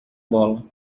bola